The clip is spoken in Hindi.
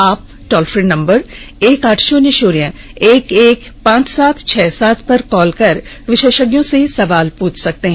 आप टोल फ्री नंबर एक आठ शून्य शून्य एक एक पांच सात छह सात पर कॉल करके विशेषज्ञों से सवाल प्रछ सकते हैं